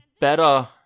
better